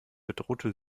bedrohte